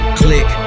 click